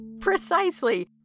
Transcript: Precisely